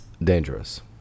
dangerous